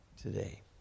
today